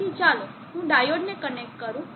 તેથી ચાલો હું ડાયોડને કનેક્ટ કરું